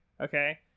Okay